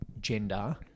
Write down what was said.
gender